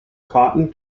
cotton